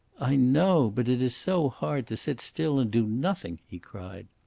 i know. but it is so hard to sit still and do nothing, he cried.